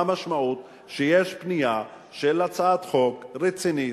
המשמעות כשיש פנייה של הצעת חוק רצינית,